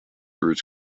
roots